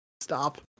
Stop